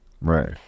Right